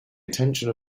attention